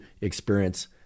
experience